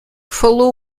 falou